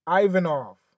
Ivanov